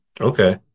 Okay